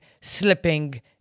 slipping